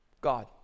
God